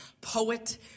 poet